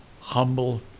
humble